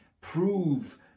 prove